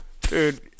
Dude